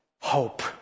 Hope